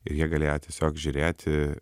ir jie galėjo tiesiog žiūrėti